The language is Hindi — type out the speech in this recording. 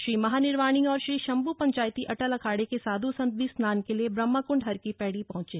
श्री महानिर्वाणी और श्री शंभू पंचायती अटल अखाड़े के साधु संत भी स्नान के लिए ब्रह्मक्ंड हरकी पैड़ी पहुंचे